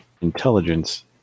intelligence